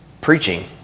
preaching